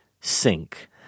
sink